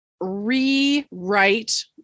rewrite